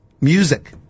Music